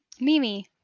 Mimi